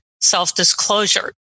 self-disclosure